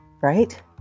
Right